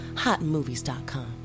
hotmovies.com